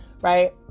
right